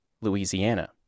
Louisiana